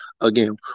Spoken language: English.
Again